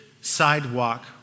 sidewalk